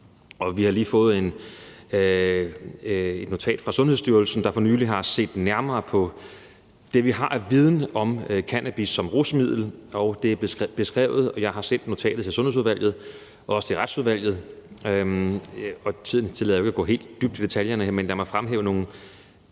Vi har lige fået et notat fra Sundhedsstyrelsen, der for nylig har set nærmere på det, vi har af viden om cannabis som rusmiddel, og jeg har sendt notatet til Sundhedsudvalget og til Retsudvalget. Tiden tillader ikke at gå dybt ned i detaljerne, men lad mig fremhæve nogle